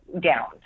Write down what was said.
down